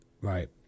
Right